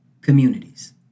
communities